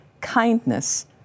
kindness